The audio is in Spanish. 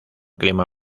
clima